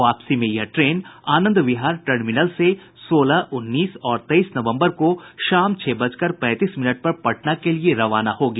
वापसी में यह ट्रेन आनंद विहार टर्मिनल को सोलह उन्नीस और तेईस नवंबर को शाम छह बजकर पैंतीस मिनट पर पटना के लिये रवाना होगी